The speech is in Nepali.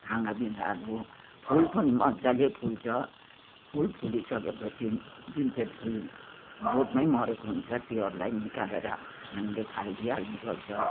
हाँगाबिँगाहरू फुल पनि मज्जाले फुल्छ फुल फुलिसकेपछि जुन चाहिँ फुल बोटमै मरेको हुन्छ त्योहरूलाई निकालेर हामीले फालिदिइहाल्नुपर्छ